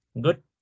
Good